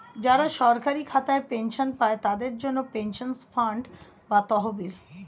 যারা সরকারি খাতায় পেনশন পায়, তাদের জন্যে পেনশন ফান্ড বা তহবিল